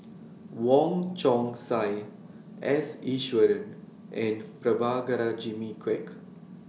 Wong Chong Sai S Iswaran and Prabhakara Jimmy Quek